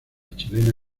chilena